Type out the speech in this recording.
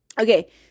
Okay